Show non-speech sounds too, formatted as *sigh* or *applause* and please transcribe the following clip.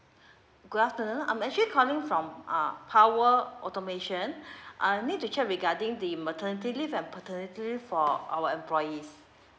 good afternoon I'm actually calling from uh power automation *breath* I need to check regarding the maternity leave and paternity leave for our employees